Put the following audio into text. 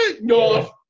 No